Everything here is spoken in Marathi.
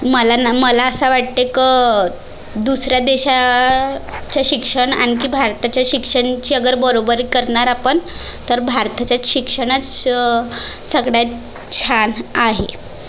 मला ना मला असं वाटते की दुसऱ्या देशा चं शिक्षण आणखी भारताच्या शिक्षणाची अगर बरोबरी करणार आपण तर भारताचे शिक्षणच सगळ्यात छान आहे